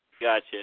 Gotcha